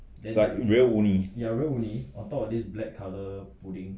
but real